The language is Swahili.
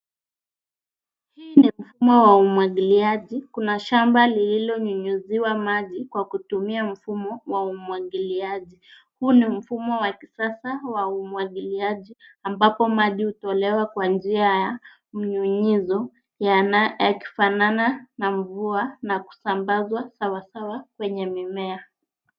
Hii ni mfumo wa umwagiliaji. Kuna shamba lililonyuziwa maji kwa kutumia mfumo wa umwagiliaji. Huu ni mfumo wa kisasa wa umwagiliaji ambapo maji utolewa kwa njia ya kinyunyizo inayofanana na mvua na kusambazwa sawasawa kwenye mimea.